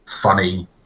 funny